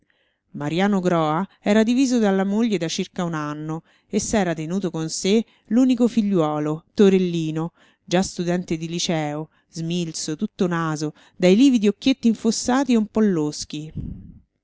scapolo mariano groa era diviso dalla moglie da circa un anno e s'era tenuto con sé l'unico figliuolo torellino già studente di liceo smilzo tutto naso dai lividi occhietti infossati e un po loschi